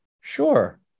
sure